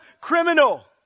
criminal